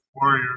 warrior